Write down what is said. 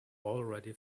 already